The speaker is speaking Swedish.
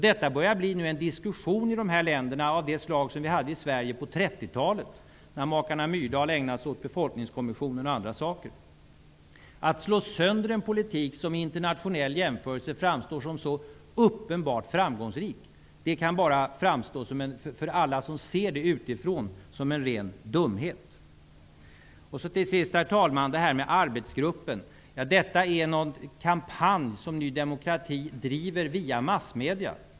Det börjar nu bli en diskussion i de här länderna av det slag som vi hade i Sverige på 30 talet, när makarna Myrdal ägnade sig åt Befolkningskommissionen och annat. Att slå sönder en politik som i internationell jämförelse är så uppenbart framgångrik, kan för alla som ser det utifrån bara framstå som en ren dumhet. När det till sist gäller arbetsgruppen, är detta en kampanj som Ny demokrati driver via massmedia.